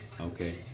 okay